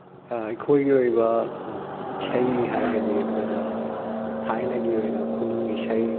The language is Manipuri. ꯑꯩꯈꯣꯏꯒꯤ ꯑꯣꯏꯕ ꯏꯁꯩ ꯍꯥꯏꯔꯒꯗꯤ ꯑꯩꯈꯣꯏꯅ ꯊꯥꯏꯅꯒꯤ ꯑꯣꯏꯅ ꯈꯨꯅꯨꯡ ꯏꯁꯩ